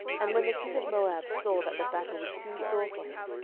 and when the king of moab saw that the battle was too sore for him,